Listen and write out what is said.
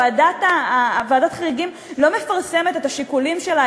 ועדת החריגים לא מפרסמת את השיקולים שלה,